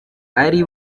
ari